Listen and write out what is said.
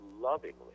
lovingly